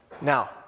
Now